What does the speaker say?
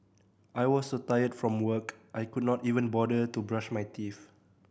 I was so tired from work I could not even bother to brush my teeth